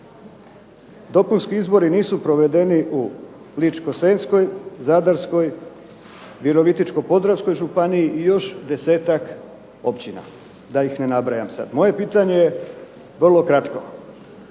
dopunski izbori nisu provedeni u Ličko-senjskoj, Zadarskoj, Virovitičko-podravskoj županiji i još 10-ak općina, da ih ne nabrajam sad. Moje pitanje je vrlo kratko.